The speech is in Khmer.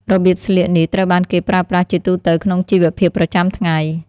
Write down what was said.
របៀបស្លៀកនេះត្រូវបានគេប្រើប្រាស់ជាទូទៅក្នុងជីវភាពប្រចាំថ្ងៃ។